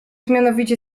mianowicie